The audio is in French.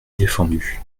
défendu